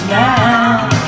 now